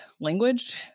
language